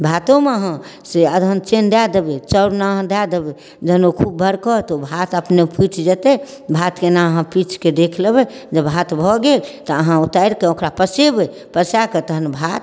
भातोमे अहाँ से अदहन चेन्ह दऽ देबै चाउरमे अहाँ दऽ देबै जहन ओ खूब बरकत भात अपने फुटि जेतै भातके एना अहाँ पिचिकऽ देखि लेबै जे भात भऽ गेल तऽ अहाँ उतारिकऽ ओकरा पसेबै पसाकऽ तहन भात